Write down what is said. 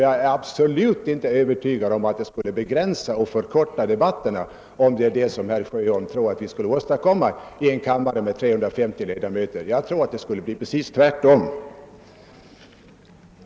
Jag är inte övertygad om att ett förbud mot att använda manuskript skulle begränsa eller förkorta debatterna så som herr Sjöholm anser önskvärt även i den blivande kammaren med 350 ledamöter. Jag tror att det skulle bli tvärtom.